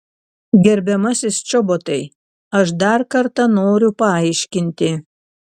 gerbiamasis čobotai aš dar kartą noriu paaiškinti